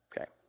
Okay